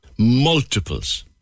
multiples